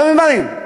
כל מיני דברים.